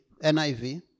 NIV